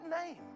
name